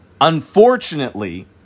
Unfortunately